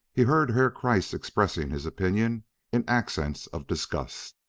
he heard herr kreiss expressing his opinion in accents of disgust.